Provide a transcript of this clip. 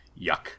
Yuck